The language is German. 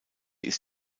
ist